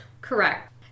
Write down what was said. Correct